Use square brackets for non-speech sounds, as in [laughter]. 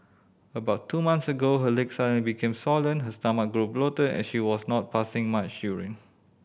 about two months ago her legs [unintelligible] became swollen her stomach grew bloated and she was not passing much urine